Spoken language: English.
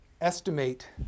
estimate